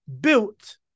built